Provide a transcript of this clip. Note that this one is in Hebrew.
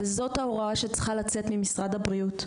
וזאת ההוראה שצריכה לצאת ממשרד הבריאות,